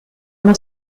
una